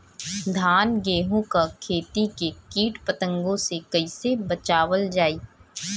धान गेहूँक खेती के कीट पतंगों से कइसे बचावल जाए?